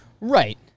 Right